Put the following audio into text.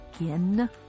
again